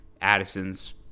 Addison's